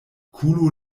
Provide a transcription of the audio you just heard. kulo